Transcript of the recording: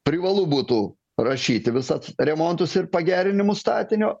privalu būtų rašyti visad remontus ir pagerinimus statinio